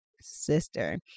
sister